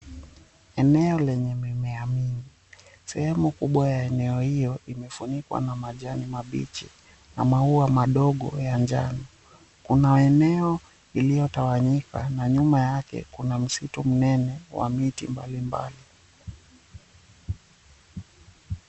Eneo lenye mimea mingi. Sehemu kubwa ya eneo hio imefunikwa na majani mabichi na maua madogo ya njano. Kuna eneo iliotawanyika na nyuma yake kuna msitu mnene wa miti mbalimbali.